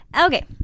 Okay